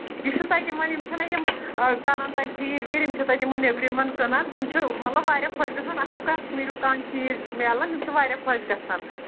یہِ چھُ تَتہِ یِمَن یِم چھِنا یِم کَرَان تَتہِ ژھیٖر ویٖر یِم چھِ تَتہِ یِمَن نیٚبرِمن کٕنان تِم چھِ مطلب واریاہ خۄش گژھان اَسہِ چھُ کشمیٖرُک کانٛہہ چیٖز مِلان یِم چھِ واریاہ خۄش گژھان